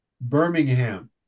Birmingham